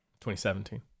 2017